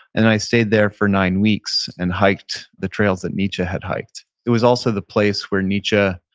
and i stayed there for nine weeks and hiked the trails that nietzsche had hiked. it was also the place where nietzsche,